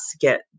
get